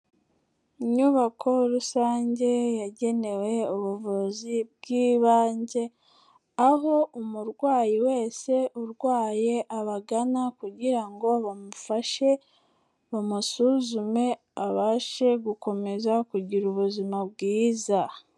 Inyubako rusange yagenewe ubuvuzi bw'ibanze, aho umurwayi wese urwaye abagana kugira ngo bamufashe bamusuzume abashe gukomeza kugira ubuzima bwiza.